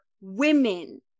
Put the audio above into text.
women